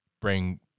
bring